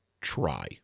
try